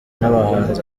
n’abahanzi